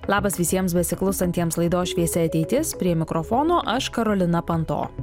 labas visiems besiklausantiems laidos šviesi ateitis prie mikrofono aš karolina panto